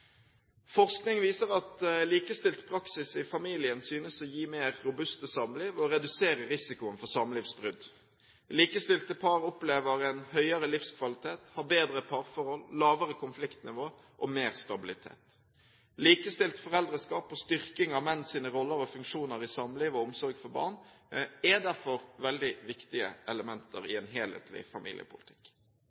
Forskning viser at likestilt praksis i familien synes å gi mer robuste samliv og reduserer risikoen for samlivsbrudd. Likestilte par opplever en høyere livskvalitet – har bedre parforhold, lavere konfliktnivå og mer stabilitet. Likestilt foreldreskap og styrking av menns roller og funksjoner i samliv og omsorg for barn er derfor veldig viktige elementer i en helhetlig familiepolitikk.